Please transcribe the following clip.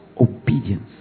obedience